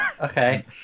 Okay